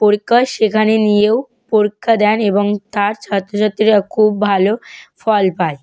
পরীক্ষা হয় সেখানে নিয়েও পরীক্ষা দেন এবং তার ছাত্রছাত্রীরা খুব ভালো ফল পায়